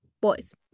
boys